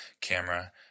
camera